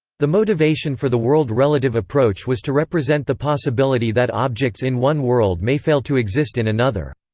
the motivation for the world-relative approach was to represent the possibility that objects in one world may fail to exist in another.